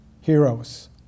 heroes